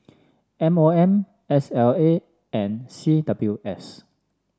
M O M S L A and C W S